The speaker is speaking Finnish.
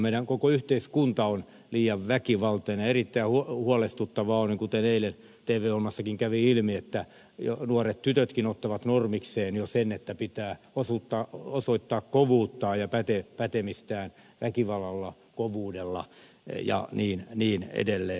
meidän koko yhteiskuntamme on liian väkivaltainen ja erittäin huolestuttavaa on kuten eilen tv ohjelmassakin kävi ilmi että nuoret tytötkin ottavat normikseen jo sen että pitää osoittaa kovuuttaan ja pätemistään väkivallalla kovuudella ja niin edelleen